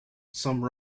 some